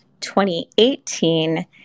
2018